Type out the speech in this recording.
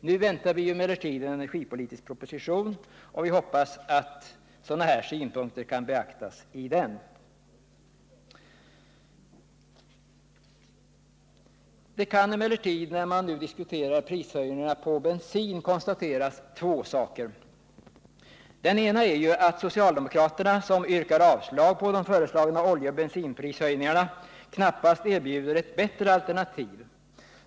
Vi väntar emellertid en energipolitisk proposition, och vi hoppas att sådana här synpunkter kan beaktas i den. När man diskuterar prishöjningarna på bensin kan man emellertid göra två konstateranden. Det ena är att socialdemokraterna, som yrkar avslag på de 118 föreslagna oljeoch bensinprishöjningarna, knappast erbjuder ett bättre alternativ.